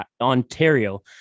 Ontario